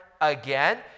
again